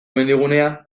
mendigunea